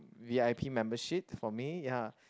v_i_p membership for me ya